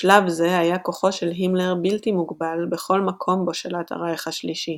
בשלב זה היה כוחו של הימלר בלתי מוגבל בכל מקום בו שלט הרייך השלישי.